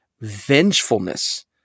vengefulness